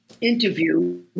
interview